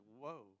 whoa